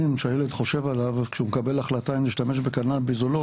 שהילד חושב עליו כשהוא מקבל החלטה אם להשתמש בקנאביס או לא,